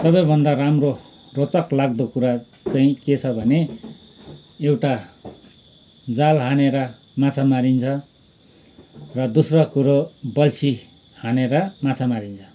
सबैभन्दा राम्रो रोचकलाग्दो कुरो चाहिँ के छ भने एउटा जाल हानेर माछा मारिन्छ र दोस्रो कुरा बल्छी हानेर माछा मारिन्छ